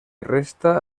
resta